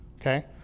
Okay